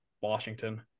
washington